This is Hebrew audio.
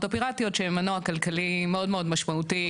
הפיראטיות שהן מנוע כלכלי מאוד מאוד משמעותי.